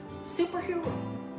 superhero